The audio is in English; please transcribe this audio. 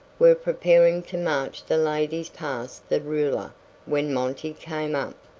were preparing to march the ladies past the ruler when monty came up.